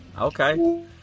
Okay